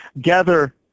gather